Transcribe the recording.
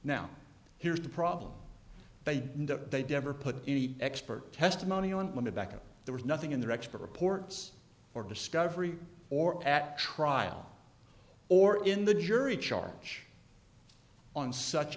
now here's the problem they didn't the devore put any expert testimony on women back and there was nothing in their expert reports or discovery or at trial or in the jury charge on such